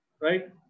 right